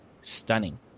stunning